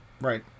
Right